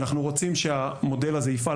אנחנו רוצים שהמודל הזה יפעל